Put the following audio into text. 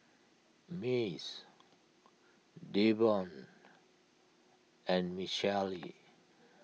Mace Davon and Michaele